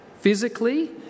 physically